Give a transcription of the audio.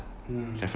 mmhmm